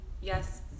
Yes